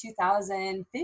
2015